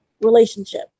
relationship